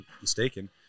mistaken